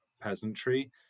peasantry